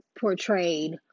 portrayed